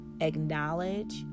acknowledge